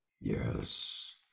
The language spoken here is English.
yes